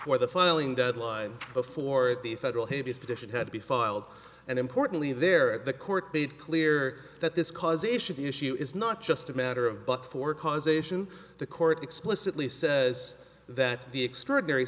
before the filing deadline before the federal habeas petition had to be filed and importantly there at the court made clear that this causation the issue is not just a matter of but for causation the court explicitly says that the extraordinary